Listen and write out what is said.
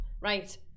Right